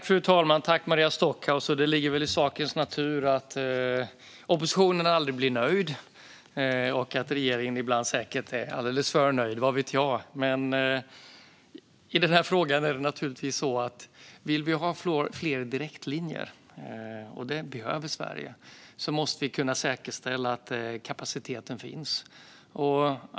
Fru talman! Det ligger väl i sakens natur att oppositionen aldrig blir nöjd och att regeringen säkert är alldeles för nöjd ibland - vad vet jag. I den här frågan är det naturligtvis så att vi om vi vill ha fler direktlinjer - och det behöver Sverige - måste kunna säkerställa att kapaciteten finns.